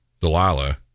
Delilah